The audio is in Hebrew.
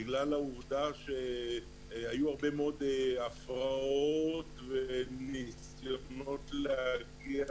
בגלל העובדה שהיו הרבה מאוד הפרעות וניסיונות להגיע